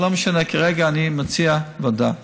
אבל לא משנה, כרגע אני מציע ועדה.